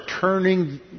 turning